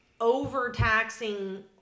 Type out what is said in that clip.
overtaxing